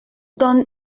donne